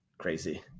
crazy